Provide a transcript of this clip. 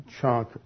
chunk